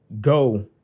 go